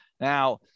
Now